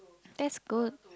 that's good